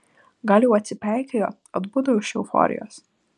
gal jau atsipeikėjo atbudo iš euforijos